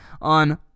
on